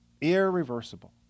irreversible